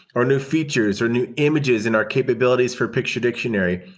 or new features or new images in our capabilities for picture dictionary,